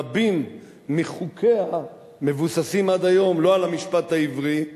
רבים מחוקיה מבוססים עד היום לא על המשפט העברי,